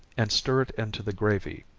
and stir it into the gravy,